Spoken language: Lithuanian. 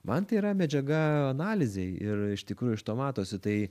man tai yra medžiaga analizei ir iš tikrųjų iš to matosi tai